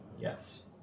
Yes